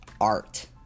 art